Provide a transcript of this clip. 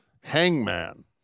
Hangman